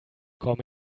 komm